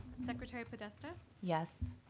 secretary podesta? yes.